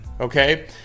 okay